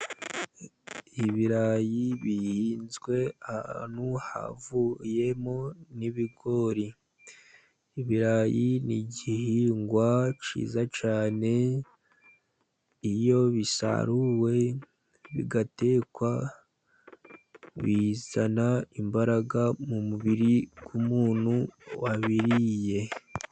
Ibirayi bihinzwe ahantu havuyemo n'ibigori. Ibirayi ni igihingwa cyiza cyane. Iyo bisaruwe bigatekwa, bizana imbaraga mu mubiri ku muntu wabiriye.